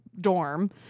dorm